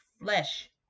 flesh